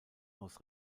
aus